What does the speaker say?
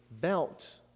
belt